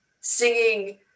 singing